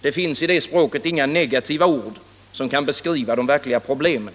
Det finns i det språket inga negativa ord som kan beskriva de verkliga problemen.